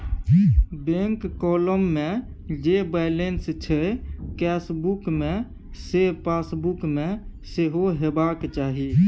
bank column मे जे balance छै केसबुक मे सैह पासबुक मे सेहो हेबाक चाही